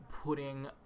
putting